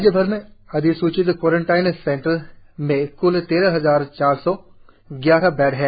राज्यभर में अधिसूचित क्वारेंटिन सेंटर्स में क्ल तेरह हजार चार सौ ग्यारह बैड है